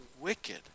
wicked